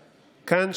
כאן,